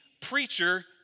preacher